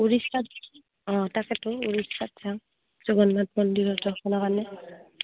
উৰিষ্যাত অঁ তাকেতো উৰিষ্যাত যাওঁ জগন্নাথ মন্দিৰৰ দৰ্শনৰ কাৰণে